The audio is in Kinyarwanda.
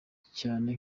cyane